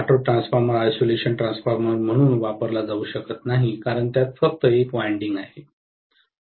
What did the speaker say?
कारण त्यात फक्त एक वायंडिंग आहे